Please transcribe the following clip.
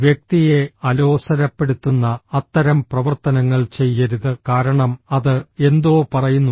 വ്യക്തിയെ അലോസരപ്പെടുത്തുന്ന അത്തരം പ്രവർത്തനങ്ങൾ ചെയ്യരുത് കാരണം അത് എന്തോ പറയുന്നു